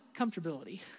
comfortability